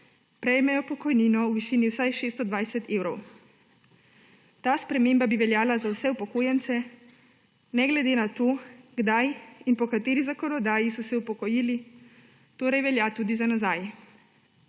prejmejo pokojnino v višini vsaj 620 evrov. Ta sprememba bi veljala za vse upokojence ne glede na to, kdaj in po kateri zakonodaji so se upokojili, torej velja tudi za nazaj.